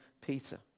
Peter